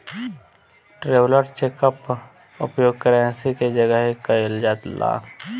traveller cheque कअ उपयोग currency के जगही कईल जाला